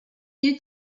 you